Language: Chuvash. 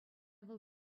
вӑл